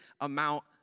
amount